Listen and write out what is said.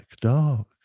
dark